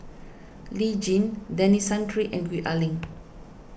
Lee Tjin Denis Santry and Gwee Ah Leng